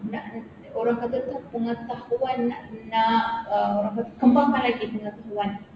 orang kata tu pengetahuan nak nak uh kembangkan lagi pengetahuan